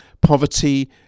Poverty